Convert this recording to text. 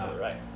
Right